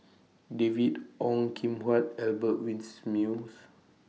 David Ong Kim Huat Albert Winsemius